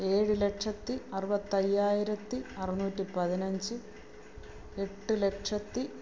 ഏഴ് ലക്ഷത്തി അറുപത്തയ്യായിരത്തി അറുന്നൂറ്റി പതിനഞ്ച് എട്ട് ലക്ഷത്തി